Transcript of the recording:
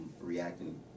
reacting